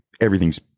everything's